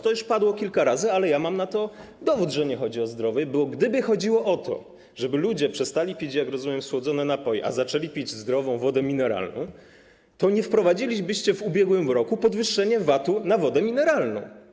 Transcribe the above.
To już padło kilka razy, ale ja mam na to dowód, że nie chodzi o zdrowie, bo gdyby chodziło o to, żeby ludzie przestali pić, jak rozumiem, słodzone napoje, a zaczęli pić zdrową wodę mineralną, to nie wprowadzilibyście w ubiegłym roku podwyżki VAT-u na wodę mineralną.